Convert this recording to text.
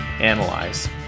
analyze